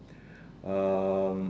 um